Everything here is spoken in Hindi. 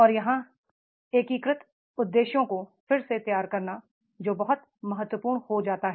और यहाँ एकीकृत उद्देश्यों को फिर से तैयार करना जो बहुत महत्वपूर्ण हो जाता है